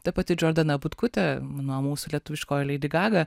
ta pati džordana butkutė na mūsų lietuviškoji lady gaga